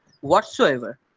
whatsoever